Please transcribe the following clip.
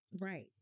Right